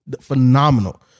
Phenomenal